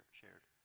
shared